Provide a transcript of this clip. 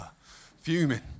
fuming